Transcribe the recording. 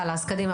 יאללה, אז קדימה.